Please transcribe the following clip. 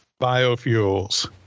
Biofuels